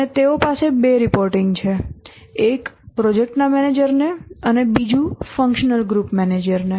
અને તેઓ પાસે બે રિપોર્ટિંગ છે એક પ્રોજેક્ટના મેનેજરને અને બીજું ફંક્શનલ ગ્રુપ મેનેજરને